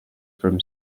from